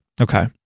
Okay